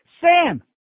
Sam